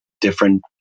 different